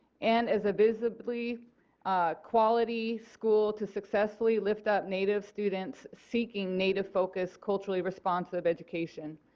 and as a visibly quality school to successfully lift up native students seeking native focused culturally responsive education.